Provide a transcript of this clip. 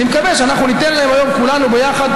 אני מקווה שאנחנו ניתן להם היום כולנו ביחד